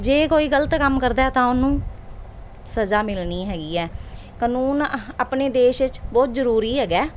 ਜੇ ਕੋਈ ਗਲਤ ਕੰਮ ਕਰਦਾ ਤਾਂ ਉਹਨੂੰ ਸਜ਼ਾ ਮਿਲਣੀ ਹੈਗੀ ਹੈ ਕਾਨੂੰਨ ਅਹ ਆਪਣੇ ਦੇਸ਼ 'ਚ ਬਹੁਤ ਜ਼ਰੂਰੀ ਹੈਗਾ